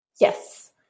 Yes